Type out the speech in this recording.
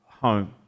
home